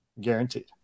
guaranteed